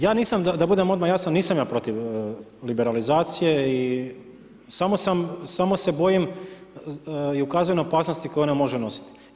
Ja nisam da budem odmah jasan, nisam ja protiv liberalizacije i samo se bojim i ukazujem na opasnosti koje ona može nositi.